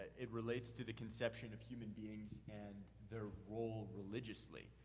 it relates to the conception of human beings and their role religiously.